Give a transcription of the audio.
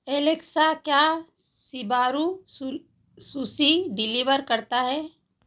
Alexa क्या सिबारू sushi deliver करता है